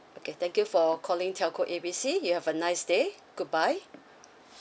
okay thank you for calling telco A B C you have a nice day goodbye